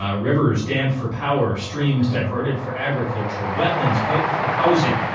ah rivers dammed for power, streams diverted for agriculture, wetlands paved for housing.